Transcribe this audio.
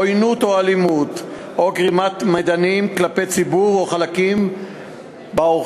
עוינות או אלימות או גרימת מדנים כלפי ציבור או חלקים באוכלוסייה.